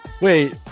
wait